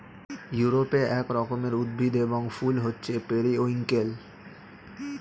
ইউরোপে এক রকমের উদ্ভিদ এবং ফুল হচ্ছে পেরিউইঙ্কেল